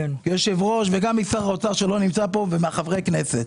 גם משר האוצר שלא נמצא פה ומחברי הכנסת